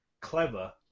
clever